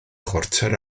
chwarter